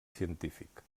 científic